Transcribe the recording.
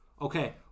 Okay